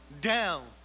down